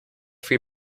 viel